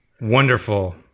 Wonderful